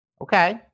Okay